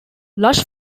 lush